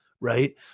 right